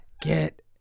Get